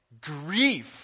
grief